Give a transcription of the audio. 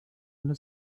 alle